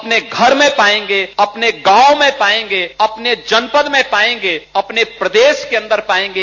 अपने घर में पायेंगे अपने गांव में पायेंगे अपने जनपद में पायेंगे अपने प्रदेश को अन्दर पायेंगे